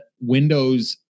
windows